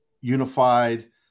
unified